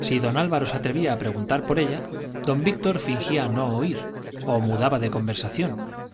si don álvaro se atrevía a preguntar por ella don víctor fingía no oír o mudaba de conversación